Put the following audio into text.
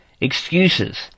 Excuses